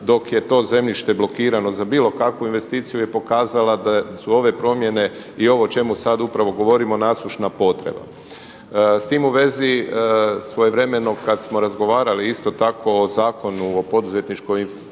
dok je to zemljište blokirano za bilo kakvu investiciju je pokazala da su ove promjene i ovo o čemu sada upravo govorimo nasušna potreba. S tim u vezi svojevremeno kada smo razgovarali isto tako o Zakonu o poduzetničkoj infrastrukturi